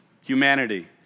humanity